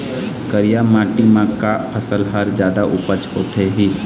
करिया माटी म का फसल हर जादा उपज होथे ही?